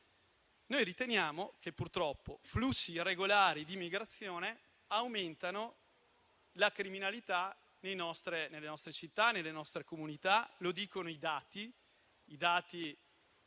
Noi riteniamo che purtroppo flussi irregolari di migrazione aumentino la criminalità nelle nostre città, nelle nostre comunità. Lo dicono i dati